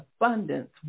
abundance